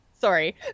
sorry